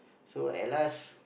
so at last